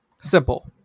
simple